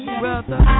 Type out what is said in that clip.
brother